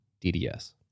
DDS